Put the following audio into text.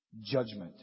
Judgment